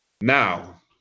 now